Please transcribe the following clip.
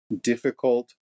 difficult